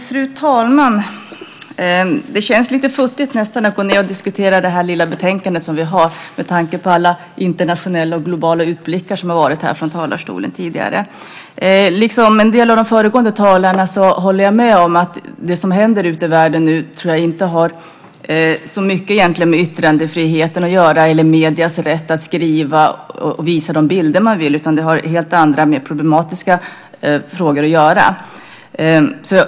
Fru talman! Det känns nästan lite futtigt att diskutera det lilla betänkande som vi har med tanke på de internationella och globala utblickar som har gjorts från talarstolen tidigare. Jag håller med de föregående talarna om att det som händer ute i världen i dag inte har så mycket med yttrandefrihet att göra eller med mediernas rätt att skriva vad man vill eller visa de bilder man vill, utan det har med andra, mer problematiska frågor, att göra.